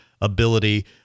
ability